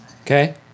Okay